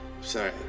Sorry